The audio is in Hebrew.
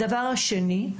הדבר השני,